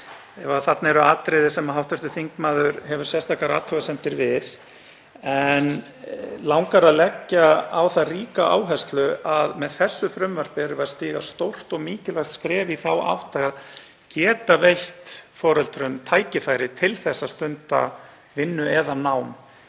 þarna eru atriði sem hv. þingmaður hefur sérstakar athugasemdir við, en mig langar að leggja á það ríka áherslu að með þessu frumvarpi erum við að stíga stórt og mikilvægt skref í þá átt að geta veitt foreldrum tækifæri til að stunda vinnu eða nám,